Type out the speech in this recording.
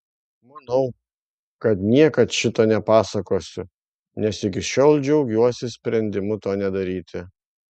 manau kad niekad šito nepasakosiu nes iki šiol džiaugiuosi sprendimu to nedaryti